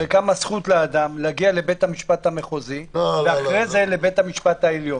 הרי קמה זכות לאדם להגיע לבית המשפט המחוזי ואחרי זה לבית המשפט העליון.